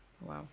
Wow